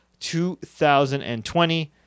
2020